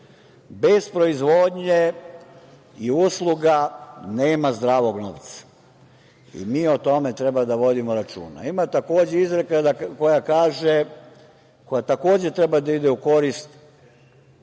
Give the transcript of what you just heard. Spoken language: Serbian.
proizvodnje i usluga nema zdravog novca i mi o tome treba da vodimo računa. Ima takođe izreka koja kaže, koja takođe treba da ide u korist